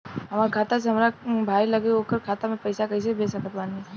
हमार खाता से हमार भाई लगे ओकर खाता मे पईसा कईसे भेज सकत बानी?